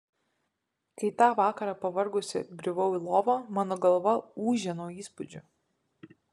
kai tą vakarą pavargusi griuvau į lovą mano galva ūžė nuo įspūdžių